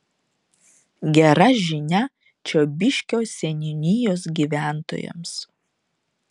gera žinia čiobiškio seniūnijos gyventojams